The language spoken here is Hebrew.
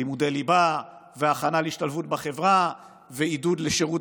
לימודי ליבה והכנה להשתלבות בחברה ועידוד לשירות